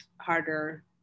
harder